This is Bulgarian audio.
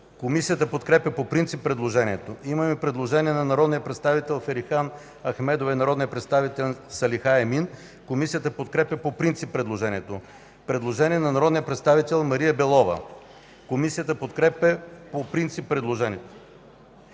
Комисията подкрепя по принцип предложението. Има предложение на народните представители Ферихан Ахмедова и Салиха Емин. Комисията подкрепя по принцип предложението. Предложение на народния представител Мария Белова. Комисията подкрепя предложението.